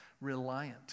reliant